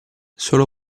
solo